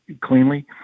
cleanly